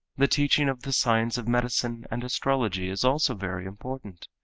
the teaching of the science of medicine and astrology is also very important.